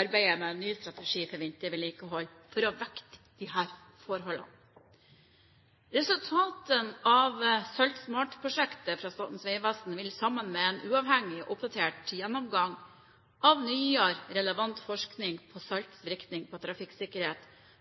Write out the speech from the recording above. arbeidet med ny strategi for vintervedlikehold for å vekte disse forholdene. Resultatene av Salt SMART-prosjektet til Statens vegvesen vil, sammen med en uavhengig og oppdatert gjennomgang av nyere, relevant forskning på saltets virkning på trafikksikkerhet,